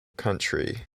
country